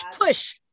push